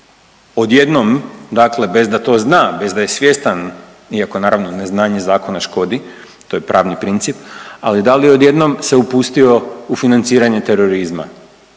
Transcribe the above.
odjednom dakle bez da to zna, bez da je svjestan iako naravno neznanje zakona škodi to je pravni princip, ali da li odjednom se upustio u financiranje terorizma.